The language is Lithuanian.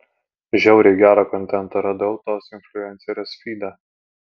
žiauriai gerą kontentą radau tos influencerės fyde